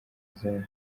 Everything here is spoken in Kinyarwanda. izindi